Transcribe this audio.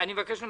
הוא מפטר אותם,